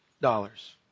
dollars